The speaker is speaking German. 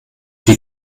die